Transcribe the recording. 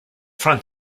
front